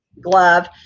glove